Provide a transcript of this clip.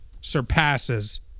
surpasses